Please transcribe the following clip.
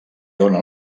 dóna